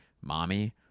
Mommy